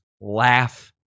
laugh